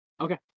Okay